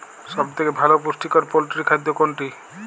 সব থেকে ভালো পুষ্টিকর পোল্ট্রী খাদ্য কোনটি?